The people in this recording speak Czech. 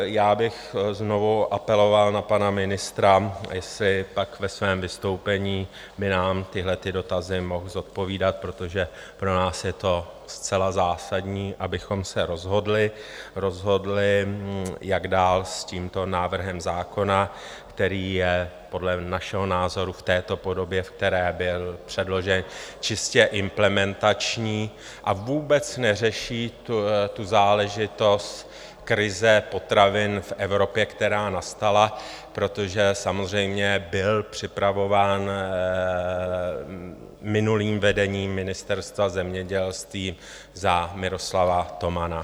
Já bych znovu apeloval na pana ministra, jestli by nám pak ve svém vystoupení tyhle dotazy mohl zodpovídat, protože pro nás je to zcela zásadní, abychom se rozhodli, jak dál s tímto návrhem zákona, který je podle našeho názoru v této podobě, ve které byl předložen, čistě implementační a vůbec neřeší záležitost krize potravin v Evropě, která nastala, protože samozřejmě byl připravován minulým vedením Ministerstva zemědělství za Miroslava Tomana.